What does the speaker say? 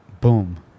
boom